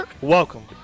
welcome